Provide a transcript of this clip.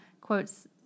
quotes